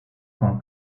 con